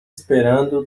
esperando